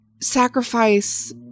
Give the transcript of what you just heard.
sacrifice